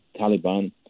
Taliban